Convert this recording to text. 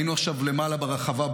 היינו עכשיו בטקס למעלה ברחבה.